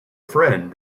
friend